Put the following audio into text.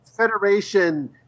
Federation